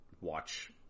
watch